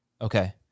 Okay